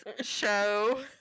show